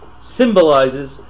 symbolizes